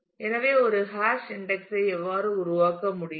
எனவே ஒரு hash index ஐ எவ்வாறு உருவாக்க முடியும்